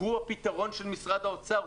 הוא הפתרון של משרד האוצר,